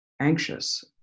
Anxious